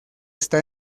está